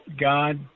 God